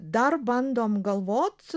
dar bandom galvot